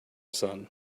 son